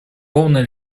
полная